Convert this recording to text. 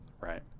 right